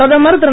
பிரதமர் திரு